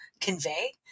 convey